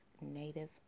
Native